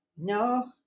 No